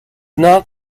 not